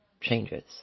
changes